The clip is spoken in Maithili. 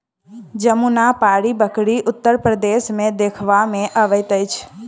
जमुनापारी बकरी उत्तर प्रदेश मे देखबा मे अबैत अछि